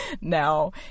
now